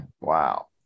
Wow